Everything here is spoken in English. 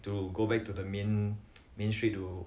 to go back to the main main street to